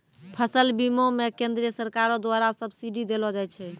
फसल बीमा मे केंद्रीय सरकारो द्वारा सब्सिडी देलो जाय छै